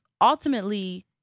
ultimately